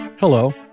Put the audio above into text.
Hello